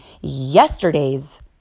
yesterdays